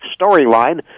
storyline